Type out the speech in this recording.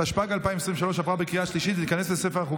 התשפ"ג 2023, נתקבל.